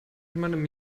jemanden